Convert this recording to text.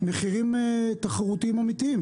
מחירים תחרותיים אמיתיים.